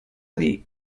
dir